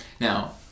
Now